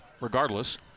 regardless